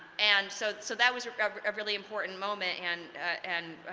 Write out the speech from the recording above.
and so so that was a really important moments, and and